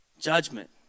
judgment